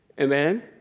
Amen